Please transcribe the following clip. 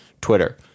Twitter